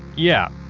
yeah,